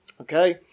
okay